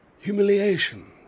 Humiliation